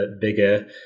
bigger